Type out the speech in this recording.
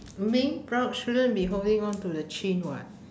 being proud shouldn't be holding on to the chin [what]